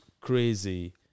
crazy